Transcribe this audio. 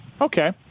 Okay